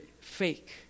fake